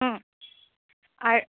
অৰ